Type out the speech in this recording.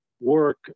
work